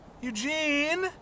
Eugene